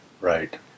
Right